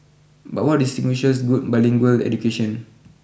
but what distinguishes good bilingual education